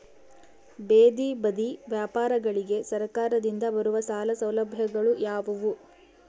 ಬೇದಿ ಬದಿ ವ್ಯಾಪಾರಗಳಿಗೆ ಸರಕಾರದಿಂದ ಬರುವ ಸಾಲ ಸೌಲಭ್ಯಗಳು ಯಾವುವು?